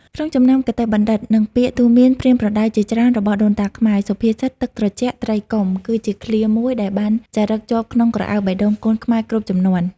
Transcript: ក្នុងចំណោមគតិបណ្ឌិត និងពាក្យទូន្មានប្រៀនប្រដៅជាច្រើនរបស់ដូនតាខ្មែរ សុភាសិត ទឹកត្រជាក់ ត្រីកុំ គឺជាឃ្លាមួយដែលបានចារឹកជាប់ក្នុងក្រអៅបេះដូងកូនខ្មែរគ្រប់ជំនាន់។